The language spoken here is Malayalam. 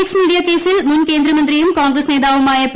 എക്സ് മീഡിയ കേസിൽ മുൻ കേന്ദ്രമന്ത്രിയും കോൺഗ്രസ് നേതാവുമായ പി